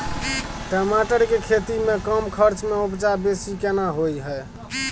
टमाटर के खेती में कम खर्च में उपजा बेसी केना होय है?